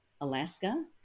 alaska